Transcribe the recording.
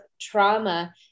trauma